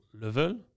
level